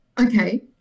Okay